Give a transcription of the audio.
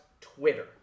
Twitter